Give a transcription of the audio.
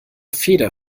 feder